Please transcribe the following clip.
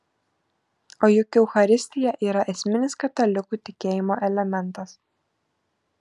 o juk eucharistija yra esminis katalikų tikėjimo elementas